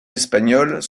espagnols